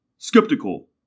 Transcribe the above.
Skeptical